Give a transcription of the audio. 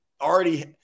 already